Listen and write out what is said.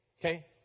Okay